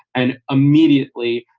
and immediately,